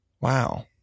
Wow